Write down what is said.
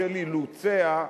בשל אילוציה,